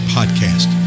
Podcast